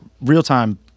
real-time